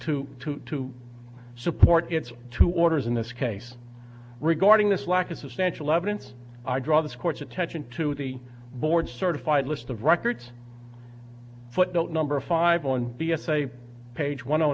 to to to support its two orders in this case regarding this lack of substantial evidence i draw this court's attention to the board certified list of records footnote number five on b s a page one